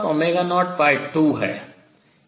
02 है